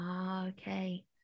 okay